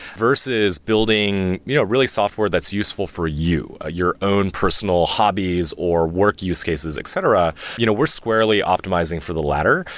versus building you know really a software that's useful for you, ah your own personal hobbies, or work use cases, etc. you know we're squarely optimizing for the latter.